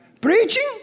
Preaching